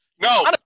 No